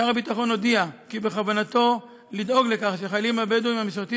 שר הביטחון הודיע כי בכוונתו לדאוג לכך שהחיילים הבדואים המשרתים